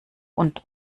und